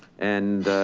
and,